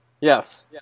Yes